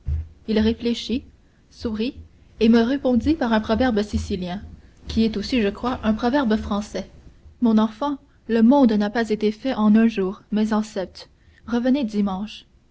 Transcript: il réfléchit sourit et me répondit par un proverbe sicilien qui est aussi je crois un proverbe français mon enfant le monde n'a pas été fait en un jour mais en sept revenez dimanche